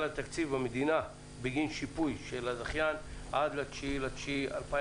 על תקציב המדינה בגין שיפוי של הזכיין עד ל-9.9.2020.